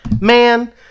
Man